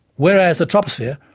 whereas the troposphere,